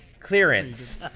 Clearance